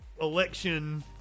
election